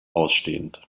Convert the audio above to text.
ausstehend